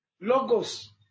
Logos